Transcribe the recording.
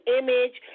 image